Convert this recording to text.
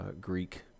Greek